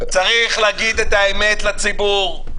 צריך להגיד את האמת לציבור,